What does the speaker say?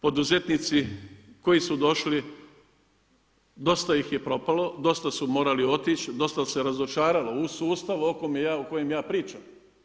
Poduzetnici koji su došli dosta ih je propalo, dosta su morali otići, dosta se razočaralo u sustav o kojem ja pričam.